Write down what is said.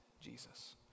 Jesus